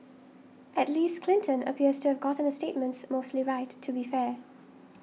at least Clinton appears to have gotten her statements mostly right to be fair